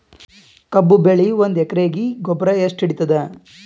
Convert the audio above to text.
ಕಬ್ಬು ಬೆಳಿ ಒಂದ್ ಎಕರಿಗಿ ಗೊಬ್ಬರ ಎಷ್ಟು ಹಿಡೀತದ?